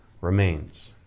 remains